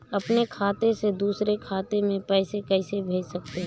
अपने खाते से दूसरे खाते में पैसे कैसे भेज सकते हैं?